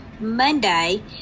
monday